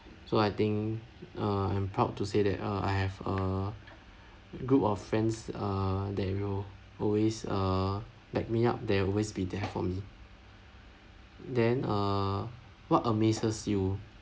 so I think uh I'm proud to say that uh I have a group of friends uh that will always uh back me up they will always be there for me then uh what amazes you